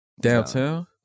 downtown